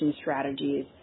strategies